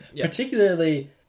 Particularly